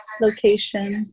location